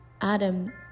Adam